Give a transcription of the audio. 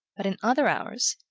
but in other hours,